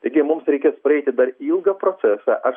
taigi mums reikės praeiti dar ilgą procesą aš